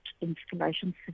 installations